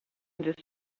the